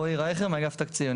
רועי רייכר מאגף תקציבים,